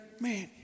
Man